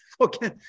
okay